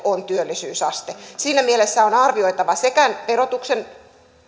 on työllisyysaste siinä mielessä on arvioitava sekä